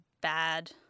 bad